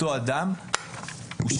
אותו אדם הושעה,